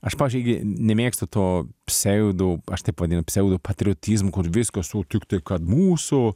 aš pavyzdžiui irgi nemėgstu to pseudo aš taip vadinu pseudopatriotizmo kur viskas o tiktai kad mūsų